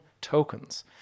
tokens